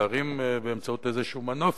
להרים באמצעות איזה מנוף,